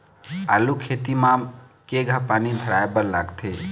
आलू खेती म केघा पानी धराए बर लागथे?